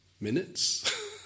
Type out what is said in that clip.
Minutes